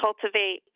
cultivate